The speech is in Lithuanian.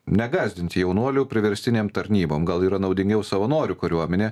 negąsdinti jaunuolių priverstinėm tarnybom gal yra naudingiau savanorių kariuomenė